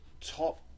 top